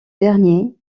derniers